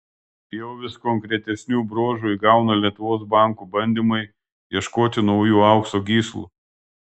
jau vis konkretesnių bruožų įgauna lietuvos bankų bandymai ieškoti naujų aukso gyslų